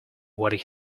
what